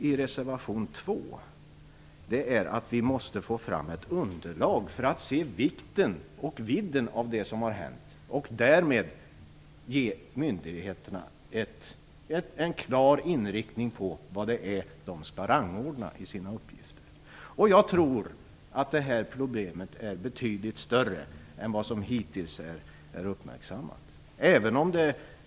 I reservation 2 sägs det att vi måste få fram ett underlag för att se vikten och vidden av det som hänt och för att därmed kunna ge myndigheterna en klar inriktning när det gäller det som de skall rangordna i sina uppgifter. Jag tror att det problemet är betydligt större än som hittills uppmärksammats.